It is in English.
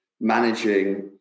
managing